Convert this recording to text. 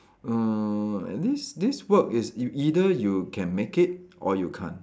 err this this work is you either you can make it or you can't